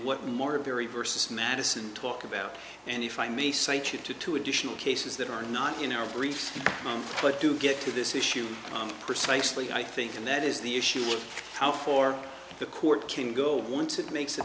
what more very versus madison talk about and if i may say to you two additional cases that are not in our brief but do get to this issue on precisely i think and that is the issue of how for the court can go once it makes